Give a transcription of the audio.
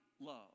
love